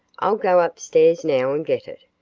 i'll go upstairs now and get it.